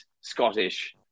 Scottish